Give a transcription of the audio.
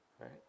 right